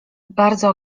bardzo